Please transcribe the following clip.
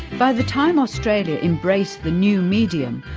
by the time australia embraced the new medium,